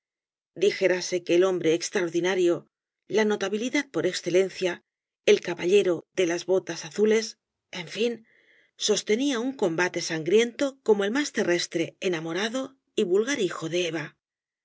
dijérase que el hombre extraordinario la notabilidad por excelencia el caballero de las el caballero de las botas azules botas azules en fin sostenía un combate sangriento como el más terrestre enamorado y vulgar hijo de eva